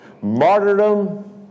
martyrdom